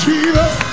Jesus